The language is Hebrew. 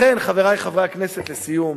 לכן, חברי חברי הכנסת, לסיום,